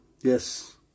Yes